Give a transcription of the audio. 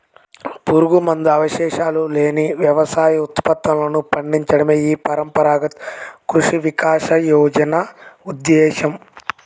పురుగుమందు అవశేషాలు లేని వ్యవసాయ ఉత్పత్తులను పండించడమే ఈ పరంపరాగత కృషి వికాస యోజన పథకం ఉద్దేశ్యం